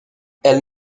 elle